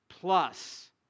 Plus